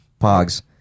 Pogs